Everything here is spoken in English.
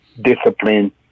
discipline